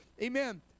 Amen